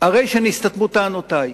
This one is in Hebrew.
הרי שנסתתמו טענותי.